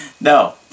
No